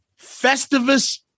Festivus